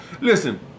Listen